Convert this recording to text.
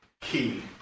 key